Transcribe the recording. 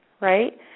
right